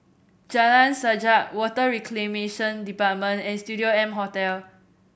Jalan Sajak Water Reclamation Department and Studio M Hotel